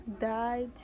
died